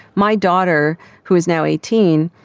my daughter who is now eighteen,